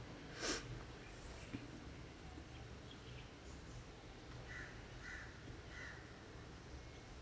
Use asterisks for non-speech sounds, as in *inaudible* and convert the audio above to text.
*breath*